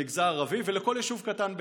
למגזר הערבי ולכל יישוב קטן,